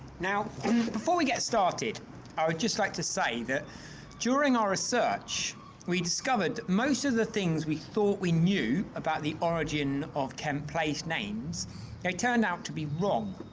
now before we get started i would just like to say that during our research we discovered most of the things we thought we knew about the origin of kent place names turned out to be wrong,